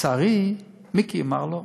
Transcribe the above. לצערי, מיקי אמר לא.